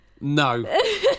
No